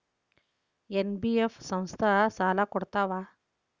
NBF ಸಂಸ್ಥಾ ಸಾಲಾ ಕೊಡ್ತಾವಾ?